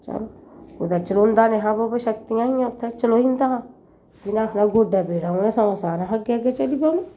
चलो कुसै चलोंदा निं हा पर शक्तियां हियां उत्थें चलोई जंदा हा जि'नें आखनां गोड्डें पीड़ां उ'नें सग्गोआं सारें कशा अग्गें अग्गें चली पौना